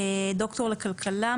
ד"ר לכלכלה,